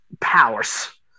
powers